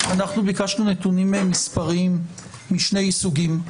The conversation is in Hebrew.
אנחנו ביקשנו נתונים מספריים משני סוגים.